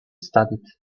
studied